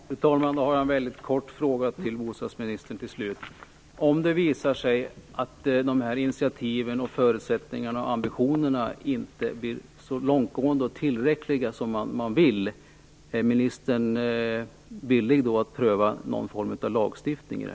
Fru talman! Jag har en väldigt kort fråga till bostadsministern till slut: Är ministern villig att pröva någon form av lagstiftning om det visar sig att dessa initiativ, förutsättningar och ambitioner inte blir så långtgående och tillräckliga som man vill?